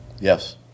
Yes